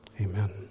Amen